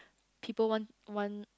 people want want